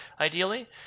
ideally